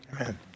Amen